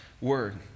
word